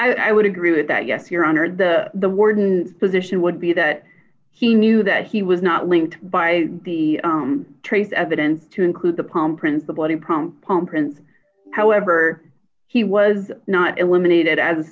i would agree with that yes your honor the the warden position would be that he knew that he was not linked by the trace evidence to include the palm print the body prone palm print however he was not eliminated as